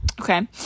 Okay